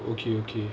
oh okay okay